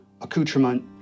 accoutrement